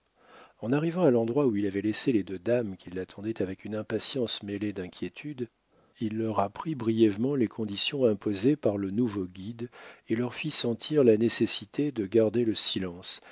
en arrivant à l'endroit où il avait laissé les deux dames qui l'attendaient avec une impatience mêlée d'inquiétude il leur apprit brièvement les conditions imposées par le nouveau guide et leur fit sentir la nécessité de garder le silence